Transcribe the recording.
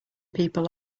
people